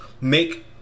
make